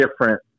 different